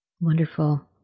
Wonderful